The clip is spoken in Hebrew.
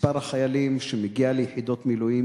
מספר החיילים שמגיע ליחידות מילואים,